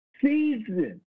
season